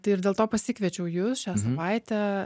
tai ir dėl to pasikviečiau jus šią savaitę